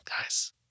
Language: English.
guys